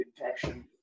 infection